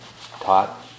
taught